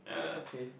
okay